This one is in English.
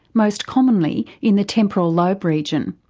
most commonly in the temporal lobe region.